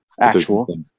actual